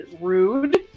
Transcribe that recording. rude